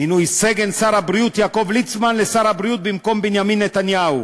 מינוי סגן שר הבריאות יעקב ליצמן לשר הבריאות במקום בנימין נתניהו,